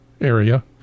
area